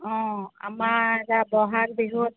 অঁ আমাৰ ইয়াত বহাগ বিহু